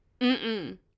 Mm-mm